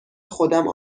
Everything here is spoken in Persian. خودم